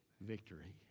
victory